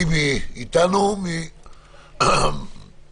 טיבי מאיגוד הבנקים, בבקשה.